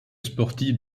sportive